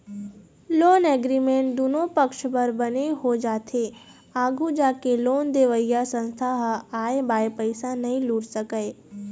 loan agreement दुनो पक्छ बर बने हो जाथे आघू जाके लोन देवइया संस्था ह आंय बांय पइसा नइ लूट सकय